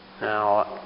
Now